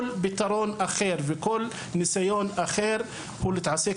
כל פתרון אחר וכל ניסיון אחר הוא להתעסק